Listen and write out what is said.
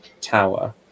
tower